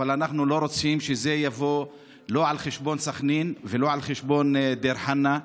אבל אנחנו לא רוצים שזה יבוא על חשבון סח'נין ולא על חשבון דיר חנא,